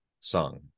sung